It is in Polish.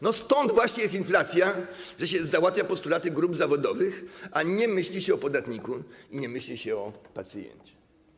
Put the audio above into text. Ano stąd właśnie jest inflacja, że się załatwia postulaty grup zawodowych, a nie myśli się o podatniku i nie myśli się o pacjencie.